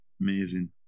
Amazing